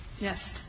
Yes